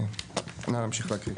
נא להמשיך להקריא.